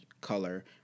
color